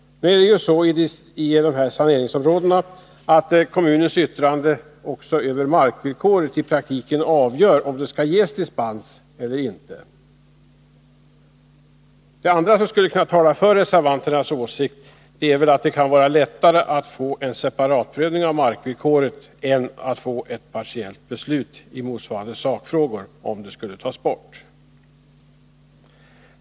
Nu är det ju så i saneringsområdena att kommunens yttrande också över markvillkoret i praktiken avgör om det skall ges dispens eller inte. Det andra som skulle tala för reservanternas åsikt är väl att det kan vara lättare att fåen Nr 156 separat prövning av markvillkoret än att få ett partiellt beslut i motsvarande sakfrågor, om markvillkoret tas bort.